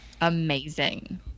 Amazing